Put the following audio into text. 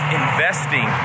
investing